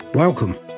Welcome